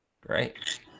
great